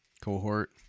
Cohort